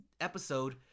episode